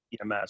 ems